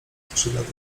skrzydlatej